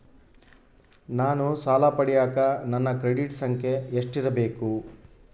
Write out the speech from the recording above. ನಾನು ಸಾಲ ಪಡಿಯಕ ನನ್ನ ಕ್ರೆಡಿಟ್ ಸಂಖ್ಯೆ ಎಷ್ಟಿರಬೇಕು?